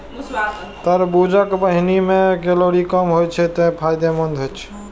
तरबूजक बीहनि मे कैलोरी कम होइ छै, तें ई फायदेमंद छै